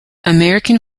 american